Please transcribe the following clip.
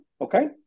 Okay